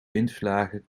windvlagen